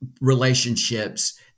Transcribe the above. relationships